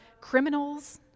criminals